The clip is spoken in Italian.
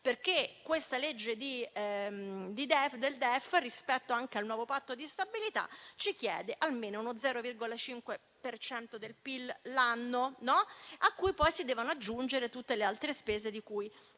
perché il DEF, rispetto anche al nuovo Patto di stabilità, ci chiede almeno lo 0,5 per cento del PIL l'anno, a cui poi si devono aggiungere tutte le altre spese di cui